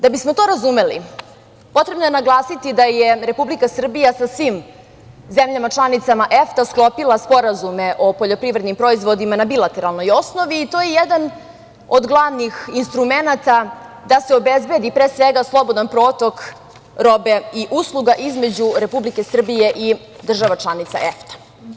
Da bismo to razumeli, potrebno je naglasiti da je Republika Srbija sa svim zemljama članicama EFTA sklopila sporazume o poljoprivrednim proizvodima na bilateralnoj osnovi i to je jedan od glavnih instrumenata da se obezbedi pre svega slobodan protok robe i usluga između Republike Srbije i država članica EFTA.